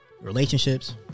Relationships